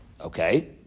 Okay